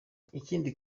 ikindi